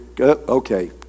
okay